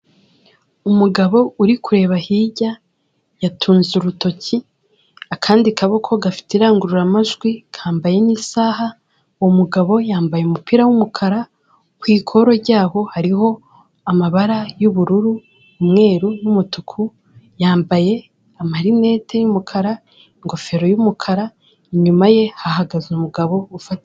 Umugabo uri kureba hirya yatunze urutoki akandi kaboko gafite indangururamajwi kambaye n'isaha, uwo mugabo yambaye umupira w'umukara, ku ikoro ryawo hariho amabara y'ubururu, umweru n'umutuku, yambaye amarineti y'umukara, ingofero y'umukara, inyuma ye hahagaze umugabo ufata.